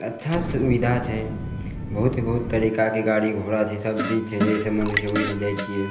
तऽ अच्छा सुविधा छै बहुतसँ बहुत तरीकाके गाड़ी घोड़ा छै जैसे मोन होइ छै ओइसँ जाइ छियै